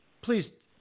Please